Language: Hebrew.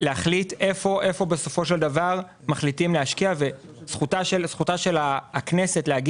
להחליט איפה מחליטים להשקיע וזכותה של הכנסת לומר